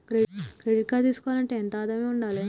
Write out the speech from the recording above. Credit card తీసుకోవాలంటే ఎంత ఆదాయం ఉండాలే?